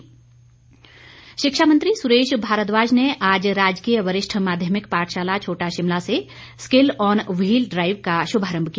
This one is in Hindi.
शिक्षा मंत्री शिक्षा मंत्री सुरेश भारद्वाज ने आज राजकीय वरिष्ठ माध्यमिक पाठशाला छोटा शिमला से स्किल ऑन वहील ड्राईव का शुभारंभ किया